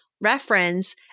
reference